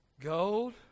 Gold